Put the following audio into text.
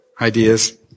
Ideas